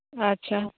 ᱟᱪ ᱪᱷᱟ